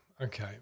Okay